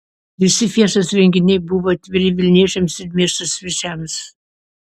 visi fiestos renginiai buvo atviri vilniečiams ir miesto svečiams